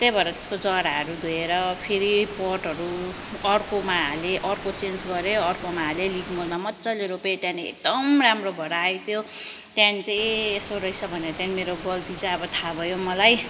त्यही भएर त्यसको जराहरू धोएर फेरि पटहरू अर्कोमा हालेँ अर्को चेन्ज गरेँ अर्कोमा हालेँ लिफमलमा मज्जाले रोपेँ त्यहाँदेखि एकदम राम्रो भएर आयो त्यो त्यहाँदेखि चाहिँ ए यसो रहेछ भनेर त्यहाँदेखि मेरो गल्ती चाहिँ अब थाहा भयो मलाई